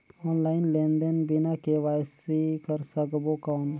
Online लेनदेन बिना KYC कर सकबो कौन??